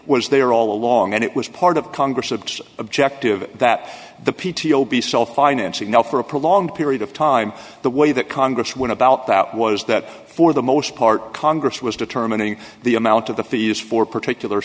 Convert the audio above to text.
was there all along and it was part of congress that objective that the p t o beast all financing now for a prolonged period of time the way that congress went about that was that for the most part congress was determining the amount of the fees for particular